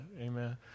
Amen